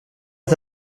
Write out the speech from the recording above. est